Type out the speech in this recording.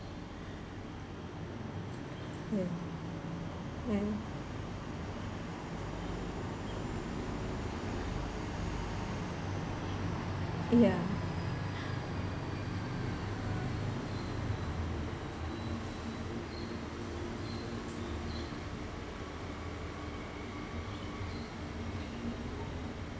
uh ya